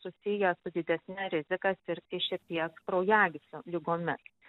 susiję su didesne rizika sirgti širdies kraujagyslių ligomis